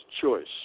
choice